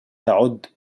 تعد